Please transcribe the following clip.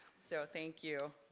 so thank you.